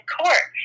court